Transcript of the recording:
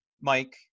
Mike